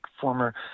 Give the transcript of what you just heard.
former